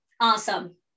Awesome